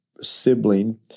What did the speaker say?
sibling